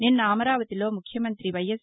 నిన్న అమరావతిలో ముఖ్యమంతి వైఎస్